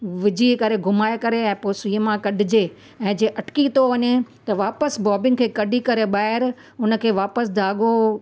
विझी करे घुमाए करे ऐं पोइ सूईअ मां कढिजे ऐं जे अटकी थो वञे त वापसि बॉबिन खे कढी करे ॿाहिरि हुनखे वापसि धाॻो